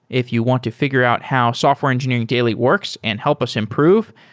if you want to figure out how software engineering daily works and help us improve,